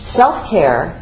self-care